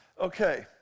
Okay